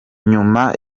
nyuma